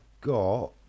got